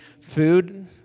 food